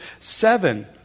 seven